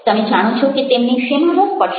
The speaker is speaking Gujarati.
તમે જાણો છો કે તેમને શેમાં રસ પડશે